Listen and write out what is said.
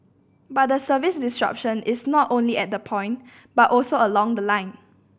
but the service disruption is not only at the point but also along the line